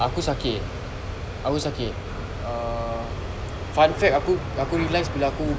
aku sakit aku sakit err fun fact aku aku realised bila aku